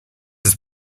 was